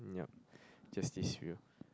just these few